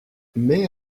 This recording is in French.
mais